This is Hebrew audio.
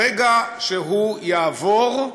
ברגע שהוא יעבור,